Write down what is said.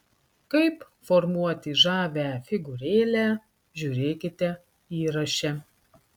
kaip formuoti žavią figūrėlę žiūrėkite įraše